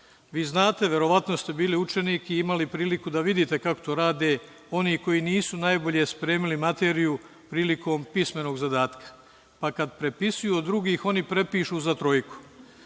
Vi znate, verovatno ste bili učenik i imali priliku da vidite kako to rade oni koji nisu najbolje spremili materiju prilikom pismenog zadatka, pa kad prepisuju od drugih oni prepišu za trojku,